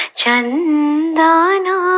chandana